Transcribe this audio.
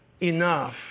enough